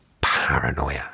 paranoia